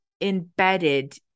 embedded